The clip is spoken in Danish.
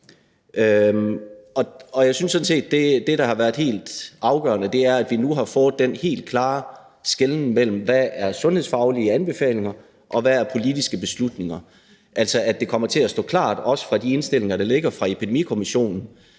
det, der har været helt afgørende, er, at vi nu har fået den helt klare skelnen mellem, hvad der er sundhedsfaglige anbefalinger, og hvad der er politiske beslutninger – altså at det kommer til at stå klart, også i forhold til de indstillinger, der kommer fra Epidemikommissionen,